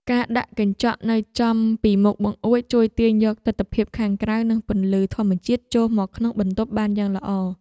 ការដាក់កញ្ចក់នៅចំពីមុខបង្អួចជួយទាញយកទិដ្ឋភាពខាងក្រៅនិងពន្លឺធម្មជាតិចូលមកក្នុងបន្ទប់បានយ៉ាងល្អ។